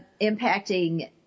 impacting